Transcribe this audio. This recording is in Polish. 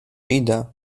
idę